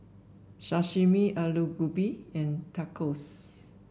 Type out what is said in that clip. Sashimi Alu Gobi and Tacos